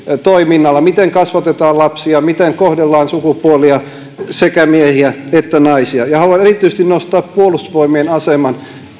toiminnalla miten kasvatetaan lapsia miten kohdellaan sukupuolia sekä miehiä että naisia ja haluan erityisesti nostaa esille puolustusvoimien aseman